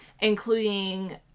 including